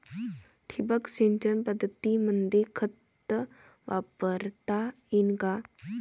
ठिबक सिंचन पद्धतीमंदी खत वापरता येईन का?